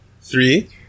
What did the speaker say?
three